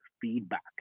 feedback